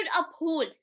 uphold